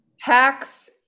Hacks